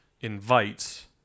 invites